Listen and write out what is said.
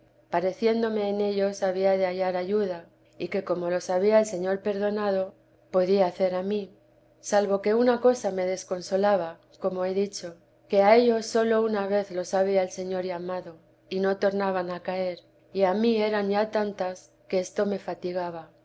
pareciéndome en ellos había de hallar ayuda y que como los había el señor perdonado podía hacer a mí salvo que una cosa me desconsolaba como he dicho que a ellos sólo una vez los había el señor llamado y no tornaban a caer ya mí eran ya tantas que esto me fatigaba